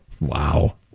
Wow